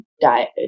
diet